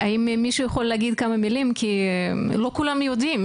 האם מישהו יכול להגיד כמה מילים כי לא כולם יודעים.